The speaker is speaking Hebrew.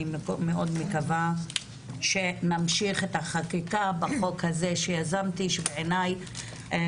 מאוד מקווה שנמשיך את החקיקה בחוק הזה שיזמתי שבעיניי הוא